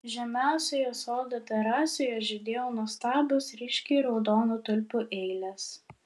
žemiausioje sodo terasoje žydėjo nuostabios ryškiai raudonų tulpių eilės